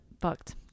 fucked